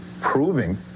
proving